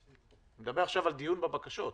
אני מדבר עכשיו על דיון בבקשות.